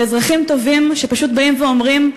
ואזרחים טובים שפשוט באים ואומרים: